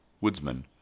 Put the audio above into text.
woodsman